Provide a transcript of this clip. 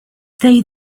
they